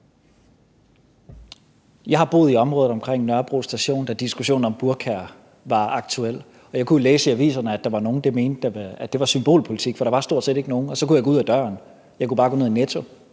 Jeg har boet i området omkring Nørrebro Station, da diskussionen om burkaerne var aktuelt, og jeg kunne læse i aviserne, at der var nogle, der mente, at det var symbolpolitik, for der var jo stort set ikke nogen, og så kunne jeg gå ud ad døren og bare gå ned i Netto,